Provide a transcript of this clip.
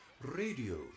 Radio